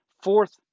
fourth